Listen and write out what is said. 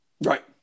Right